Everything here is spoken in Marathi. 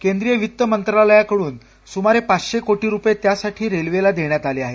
केंद्रीय वित्त मंत्रालयाकडून सुमारे पाचशे कोटी रुपये त्यासाठी रेल्वेला देण्यात आले आहेत